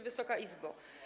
Wysoka Izbo!